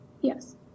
Yes